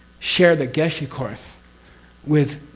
share the geshe course with,